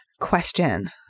question